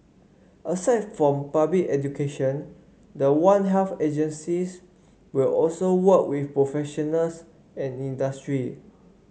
aside from public education the one health agencies will also work with professionals and industry